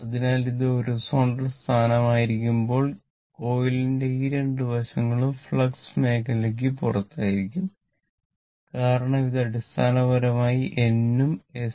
അതിനാൽ ഇത് ഒരു ഹൊറിസോണ്ടൽ സ്ഥാനത്തായിരിക്കുമ്പോൾ കോയിലിന്റെ ഈ 2 വശങ്ങളും ഫ്ലക്സ് മേഖലയ്ക്ക് പുറത്തായിരിക്കും കാരണം ഇത് അടിസ്ഥാനപരമായി N നും S